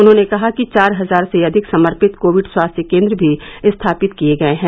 उन्होंने कहा कि चार हजार से अधिक समर्पित कोविड स्वास्थ्य केंद्र भी स्थापित किए गए हैं